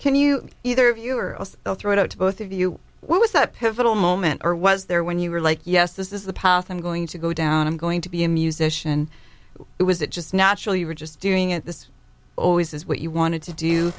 can you either of you or else they'll throw it out to both of you was that pivotal moment or was there when you were like yes this is the path i'm going to go down i'm going to be a musician it was it just natural you were just doing it this always is what you wanted to do